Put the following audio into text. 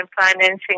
financing